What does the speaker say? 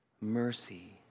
Mercy